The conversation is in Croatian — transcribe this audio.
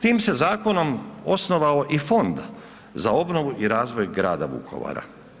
Tim se zakonom osnovao i Fond za obnovu i razvoj grada Vukovara.